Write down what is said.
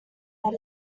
that